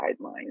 guidelines